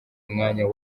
umwanya